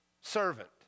servant